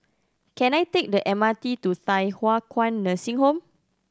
can I take the M R T to Thye Hua Kwan Nursing Home